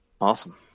Awesome